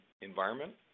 environment